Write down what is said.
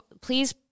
please